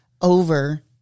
over